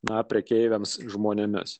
na prekeiviams žmonėmis